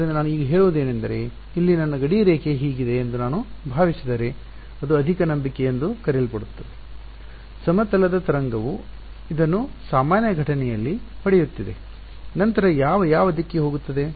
ಆದ್ದರಿಂದ ನಾನು ಈಗ ಹೇಳುವುದೇನೆಂದರೆ ಇಲ್ಲಿ ನನ್ನ ಗಡಿರೇಖೆ ಹೀಗಿದೆ ಎಂದು ನಾನು ಭಾವಿಸಿದರೆ ಇದು ಅಧಿಕ ನಂಬಿಕೆ ಎಂದು ಕರೆಯಲ್ಪಡುತ್ತದೆ ಸಮತಲದ ತರಂಗವು ಇದನ್ನು ಸಾಮಾನ್ಯ ಘಟನೆಯಲ್ಲಿ ಹೊಡೆಯುತ್ತಿದೆ ನಂತರ ಯಾವ ಯಾವ ದಿಕ್ಕಿಗೆ ಹೋಗುತ್ತದೆ